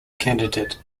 candidate